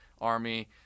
Army